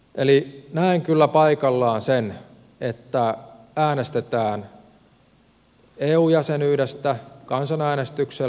eli näen kyllä paikallaan sen että äänestetään eu jäsenyydestä kansanäänestyksellä